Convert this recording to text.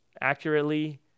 accurately